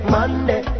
Monday